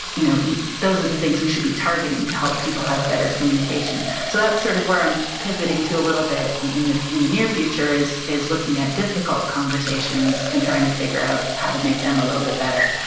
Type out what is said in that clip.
you know yeah those are the things we should be targeting to help people have better communication. so, that's sort of where i'm pivoting to a little bit in the in the near future is is looking at difficult conversations and trying to figure out how to make them a little bit better.